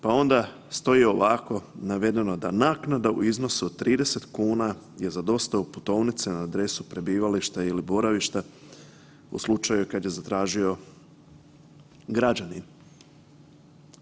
Pa onda stoji ovako navedeno da naknada u iznosu od 30 kuna je za dostavu putovnice na adresu prebivališta ili boravišta u slučaju kad je zatražio građanin.